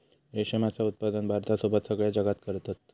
रेशमाचा उत्पादन भारतासोबत सगळ्या जगात करतत